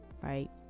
right